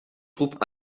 troupes